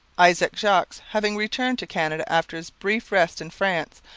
isaac jogues, having returned to canada after his brief rest in france,